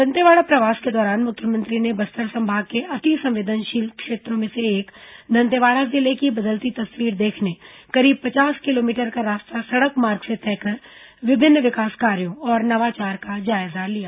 दंतेवाड़ा प्रवास के दौरान मुख्यमंत्री ने बस्तर संभाग के अति संवेदनशील क्षेत्रों में से एक दंतेवाड़ा जिले की बदलती तस्वीर देखने करीब पचास किलोमीटर का रास्ता सड़क मार्ग से तय कर विभिन्न विकास कार्यों और नवाचार का जायजा लिया